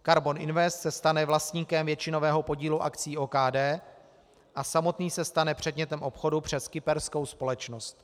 Karbon Invest se stane vlastníkem většinového podílu akcií OKD a samotný se stane předmětem obchodu přes kyperskou společnost.